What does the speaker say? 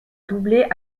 doublée